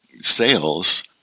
sales